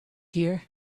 here